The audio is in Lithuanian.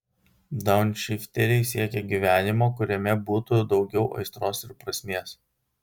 daunšifteriai siekia gyvenimo kuriame būtų daugiau aistros ir prasmės